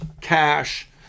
cash